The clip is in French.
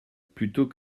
plutôt